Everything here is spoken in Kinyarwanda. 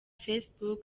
facebook